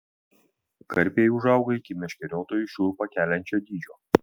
karpiai užauga iki meškeriotojui šiurpą keliančio dydžio